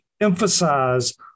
emphasize